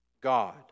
God